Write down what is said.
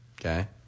Okay